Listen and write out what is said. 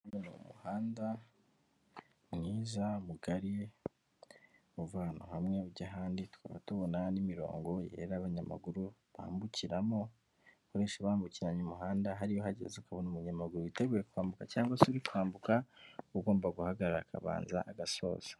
Ni umuhanda mwiza, mugari, uva ahantu hamwe ujya ahandi, tukaba tubona n'imirongo yera abanyamaguru bambukiramo, benshi bambukiranya umuhanda hariya uhageze ukabona umunyamaguru witeguye kwambuka cyangwa se uri kwambuka uba ugomba guhagarara akabanza agasoza.